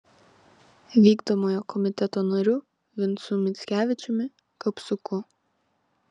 vykdomojo komiteto nariu vincu mickevičiumi kapsuku